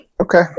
Okay